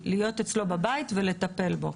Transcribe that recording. להיות אצלו בבית ולטפל בו.